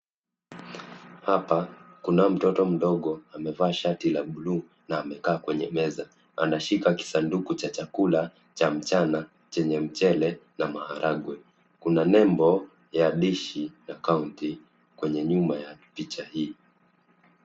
Hapa kuna mtoto mdogo amevaa shati la bluu na amekaa kwenye meza. Anashika kisanduku cha mchana chenye mchele na maharagwe. Kuna nembo ya dishi na county kwenye nyuma ya picha hii.